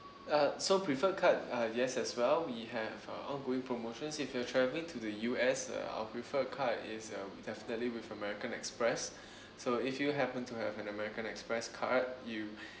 uh so prefer card uh yes as well we have a ongoing promotions if you're travelling to the U_S uh our prefer card is uh definitely with american express so if you happen to have an american express card you